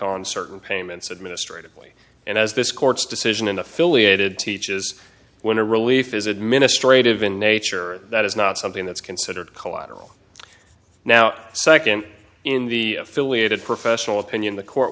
on certain payments administratively and as this court's decision in affiliated teaches when a relief is administrative in nature that is not something that's considered collateral now second in the affiliated professional opinion the court